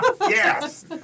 Yes